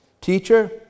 teacher